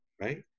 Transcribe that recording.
right